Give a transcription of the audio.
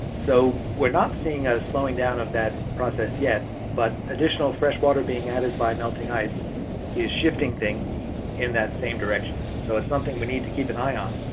so we're not seeing a slowing down of that process yet, but additional fresh water being added by melting ice is shifting things in that same direction. so it's something we need to keep an eye on,